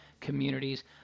communities